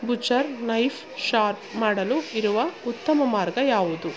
butcher knife sharp ಮಾಡಲು ಇರುವ ಉತ್ತಮ ಮಾರ್ಗ ಯಾವುದು